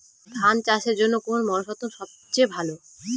ধান চাষের জন্যে কোন মরশুম সবচেয়ে ভালো?